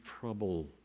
trouble